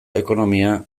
ekonomia